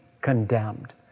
condemned